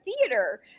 theater